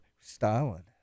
stalin